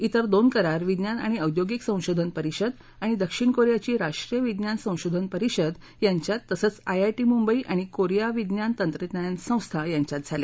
इतर दोन करार विज्ञान आणि औद्योगिक संशोधन परिषद आणि दक्षिण कोरियाची राष्ट्रीय विज्ञान संशोधन परिषद यांच्यात तसंच आयआयटी मुंबई आणि कोरिया विज्ञान तंत्रज्ञान संस्था यांच्यात झाले